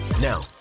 Now